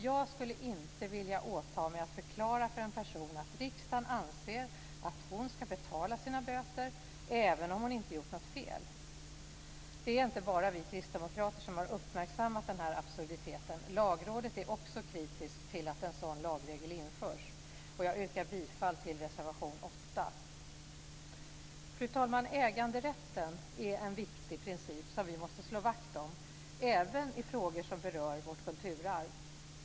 Jag skulle inte vilja åta mig att förklara för en person att riksdagen anser att hon ska betala sina böter även om hon inte gjort något fel. Det är inte bara vi kristdemokrater som har uppmärksammat den här absurditeten. Också Lagrådet är kritiskt till att en sådan lagregel införs. Jag yrkar bifall till reservation 8. Fru talman! Äganderätten är en viktig princip, som vi måste slå vakt om även i frågor som berör vårt kulturarv.